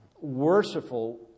worshipful